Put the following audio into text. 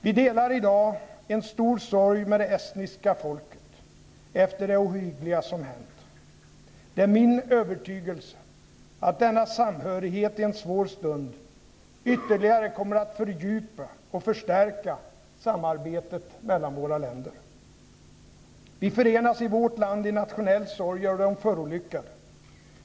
Vi delar i dag en stor sorg med det estniska folket efter det ohyggliga som hänt. Det är min övertygelse att denna samhörighet i en svår stund ytterligare kommer att fördjupa och förstärka samarbetet mellan våra länder. Vi förenas i vårt land i nationell sorg över de förolyckade.